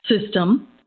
system